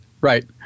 right